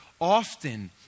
Often